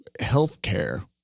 healthcare